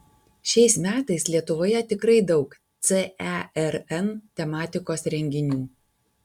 šiais metais lietuvoje tikrai daug cern tematikos renginių